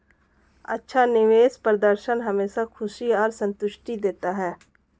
अच्छा निवेश प्रदर्शन हमेशा खुशी और संतुष्टि देता है